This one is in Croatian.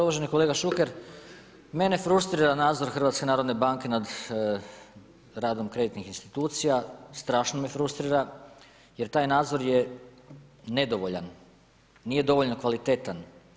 Uvaženi kolega Šuker, mene frustrira nadzor HNB-a nad radom kreditnih institucija, strašno me frustrira jer taj nadzor je nedovoljan, nije dovoljno kvalitetan.